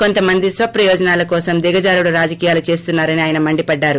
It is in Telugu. కొంతమంది స్వప్రయోజనాల కోసం దిగజారుడు రాజకీయాలు చేస్తున్నారని ఆయన మండిపడ్డారు